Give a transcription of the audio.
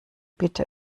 bitte